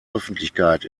öffentlichkeit